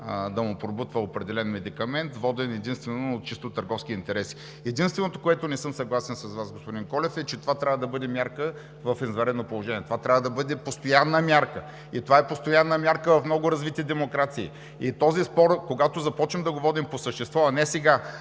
да му пробутва определен медикамент, воден единствено от чисто търговски интереси. Единственото, с което не съм съгласен с Вас, господин Колев, е това, че трябва да бъде мярка в извънредно положение. Това трябва да бъде постоянна мярка. Това е постоянна мярка в много развити демокрации. Този спор, когато започнем да го водим по същество, а не сега